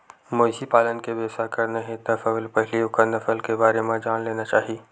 मवेशी पालन के बेवसाय करना हे त सबले पहिली ओखर नसल के बारे म जान लेना चाही